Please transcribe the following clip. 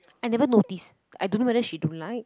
I never notice I don't know whether she don't like